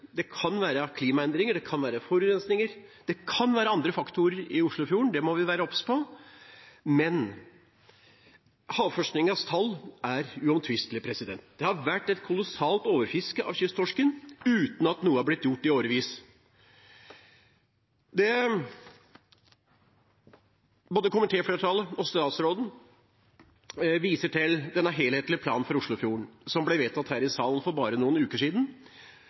Det kan være klimaendringer, det kan være forurensninger, det kan være andre faktorer i Oslofjorden. Det må vi være obs på, men Havforskningsinstituttets tall er uomtvistelig. Det har vært et kolossalt overfiske av kysttorsken i årevis uten at noe har blitt gjort. Både komitéflertallet og statsråden viser til den helhetlige planen for Oslofjorden, som ble vedtatt her i salen for bare noen uker siden.